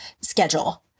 schedule